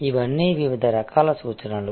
ఇవన్నీ వివిధ రకాల సూచనలు